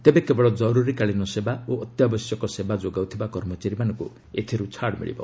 ତେବେ କେବଳ କରୁରିକାଳୀନ ସେବା ଓ ଅତ୍ୟାବଶ୍ୟକ ସେବା ଯୋଗାଉଥିବା କର୍ମଚାରୀମାନଙ୍କୁ ଏଥିରୁ ଛାଡ଼ି ମିଳିବ